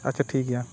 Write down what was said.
ᱟᱪᱪᱷᱟ ᱴᱷᱤᱠ ᱜᱮᱭᱟ